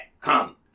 Come